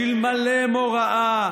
שאלמלא מוראה,